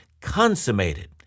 consummated